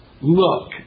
look